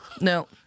No